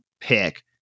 pick